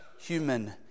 human